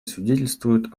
свидетельствуют